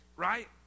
right